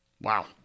Wow